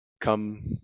come